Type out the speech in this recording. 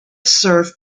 served